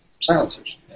silencers